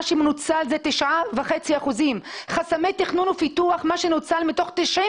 מה שמנוצל זה 9.5%. חסמי תכנון ופיתוח מה שנוצל מתוך 95